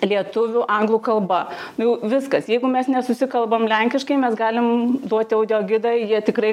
lietuvių anglų kalba jau viskas jeigu mes nesusikalbam lenkiškai mes galim duoti audiogidą jie tikrai